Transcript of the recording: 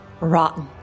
Rotten